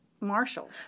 Marshall